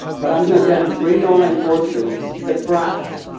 but i'm going to tell you creating online courses is a craft,